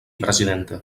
presidenta